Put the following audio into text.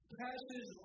passes